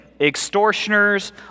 Extortioners